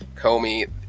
Comey